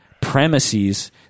premises